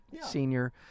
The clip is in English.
senior